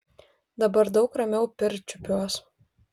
dabar daug ramiau pirčiupiuos